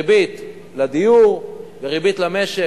ריבית לדיור, ריבית למשק.